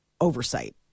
oversight